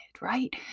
right